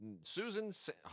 Susan